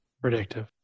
predictive